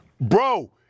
Bro